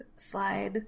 slide